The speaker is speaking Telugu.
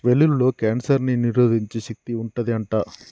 వెల్లుల్లిలో కాన్సర్ ని నిరోధించే శక్తి వుంటది అంట